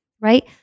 right